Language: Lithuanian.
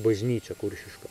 bažnyčia kuršiška